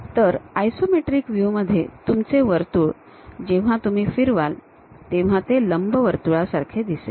तर isometric view मध्ये तुमचे वर्तुळ जेव्हा तुम्ही फिरवाल तेव्हा ते लंबवर्तुळासारखे दिसेल